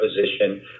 position